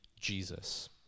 Jesus